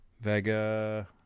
Vega